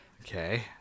Okay